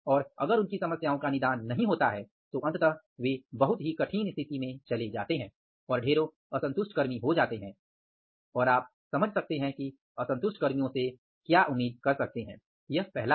और अगर उनकी समस्याओं का निदान नहीं होता है तो अंततः वे बहुत ही कठिन स्थिति में चले जाते हैं और ढेरों असंतुष्ट कर्मी हो जाते हैं और आप समझ सकते हैं कि असंतुष्ट कर्मियों से आप क्या उम्मीद कर सकते है यह पहला है